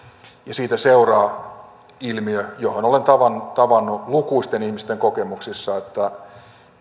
siitä seuraa ilmiö jota olen tavannut tavannut lukuisten ihmisten kokemuksissa että